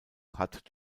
hat